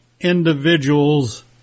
individuals